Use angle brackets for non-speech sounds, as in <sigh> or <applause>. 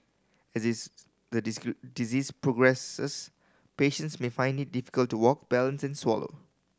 as this the <unintelligible> disease progresses patients may find it difficult to walk balance and swallow